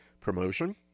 promotion